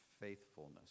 faithfulness